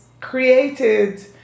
created